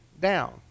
down